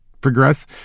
progress